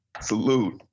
Salute